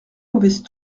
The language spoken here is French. mauvaise